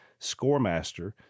Scoremaster